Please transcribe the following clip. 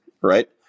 Right